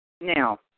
Now